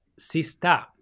Sista